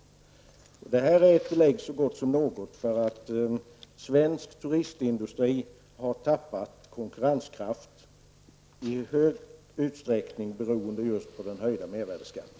Det är ett belägg så gott som något för att svensk turistindustri har tappat konkurrenskraft, i stor utsträckning beroende just på den höjda mervärdeskatten.